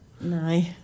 No